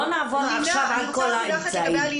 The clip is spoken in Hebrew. לא נעבור עכשיו על כל האמצעים.